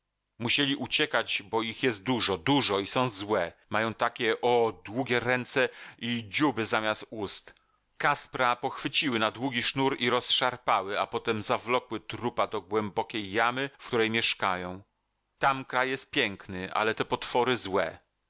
musieli uciekać bo ich jest dużo dużo i są złe mają takie o długie ręce i dzióby zamiast ust kaspra pochwyciły na długi sznur i rozszarpały a potem zawlokły trupa do głębokiej jamy w której mieszkają tam kraj jest piękny ale te potwory złe